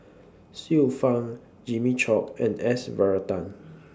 Xiu Fang Jimmy Chok and S Varathan